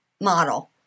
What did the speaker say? model